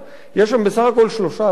יש שם בסך הכול 13,000 מקומות.